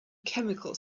chemical